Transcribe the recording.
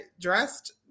dressed